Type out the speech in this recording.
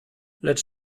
lecz